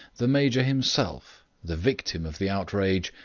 the major himself, the victim of the outrage,